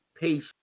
patient